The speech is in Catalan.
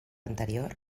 anterior